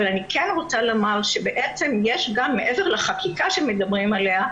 אבל אני כן רוצה לומר שבעצם יש גם מעבר לחקיקה שמדברים עליה,